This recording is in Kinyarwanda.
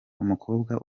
umukobwa